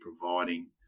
providing